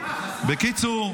בקיצור,